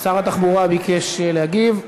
שר התחבורה ביקש להגיב,